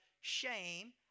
shame